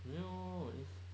you know is